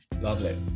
Lovely